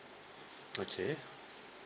okay